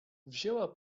wzięła